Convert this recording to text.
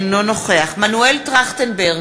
אינו נוכח מנואל טרכטנברג,